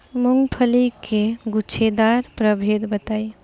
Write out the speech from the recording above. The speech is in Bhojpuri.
मूँगफली के गूछेदार प्रभेद बताई?